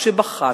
בכה,